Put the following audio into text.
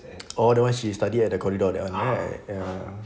all the one she studied at the corridor that one right